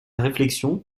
réflexion